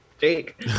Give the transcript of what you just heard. jake